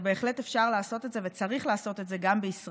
ובהחלט אפשר לעשות את זה וצריך לעשות את זה גם בישראל.